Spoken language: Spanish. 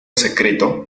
secreto